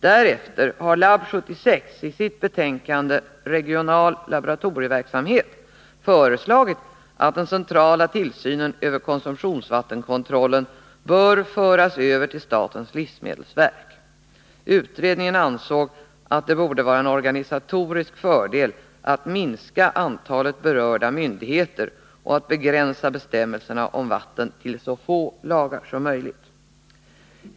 Därefter har LAB 76 i sitt betänkande Regional laboratorieverksamhet föreslagit att den centrala tillsynen över konsumtionsvattenkontrollen bör föras över till statens livsmedelsverk. Utredningen ansåg att det borde vara en organisatorisk fördel att minska antalet berörda myndigheter och att begränsa bestämmelserna om vatten till så få lagar som möjligt.